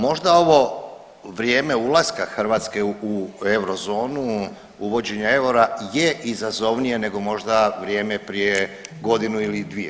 Možda ovo vrijeme ulaska Hrvatske u eurozonu, uvođenja eura je izazovnije nego možda vrijeme prije godinu ili dvije.